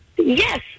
Yes